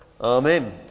Amen